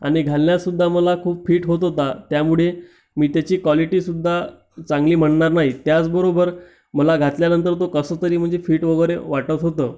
आणि घालण्यास सुद्धा मला खूप फिट होत होता त्यामुळे मी त्याची क्वालिटीसुद्धा चांगली म्हणणार नाही त्याचबरोबर मला घातल्यानंतर तो कसं तरी म्हणजे फिट वगैरे वाटत होतं